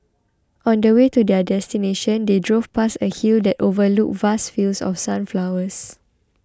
on the way to their destination they drove past a hill that overlooked vast fields of sunflowers